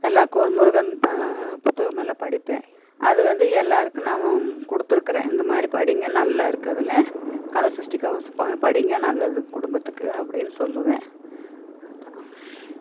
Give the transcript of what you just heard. எல்லாம் கோ முருகன் புத்தகமெல்லாம் படிப்பேன் அது வந்து எல்லோருக்கும் நான் கொடுத்துருக்குறேன் இந்த மாதிரி படிங்க நல்லா இருக்குது அதில் கந்தசஷ்டி கவசம் படிங்க நல்லது குடும்பத்துக்கு அப்படினு சொல்லுவேன் அதான்